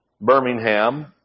Birmingham